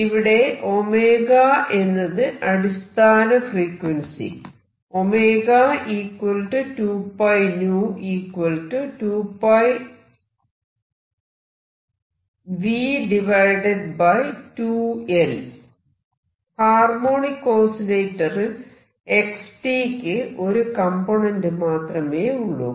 ഇവിടെ 𝜔 എന്നത് അടിസ്ഥാന ഫ്രീക്വൻസി ഹാർമോണിക് ഓസിലേറ്ററിൽ x യ്ക്ക് ഒരു കംപോണേന്റ് മാത്രമേയുള്ളൂ